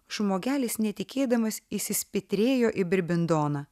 žmogelis netikėdamas įsispitrėjo į birbindoną